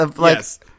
Yes